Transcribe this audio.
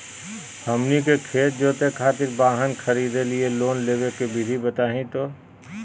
हमनी के खेत जोते खातीर वाहन खरीदे लिये लोन लेवे के विधि बताही हो?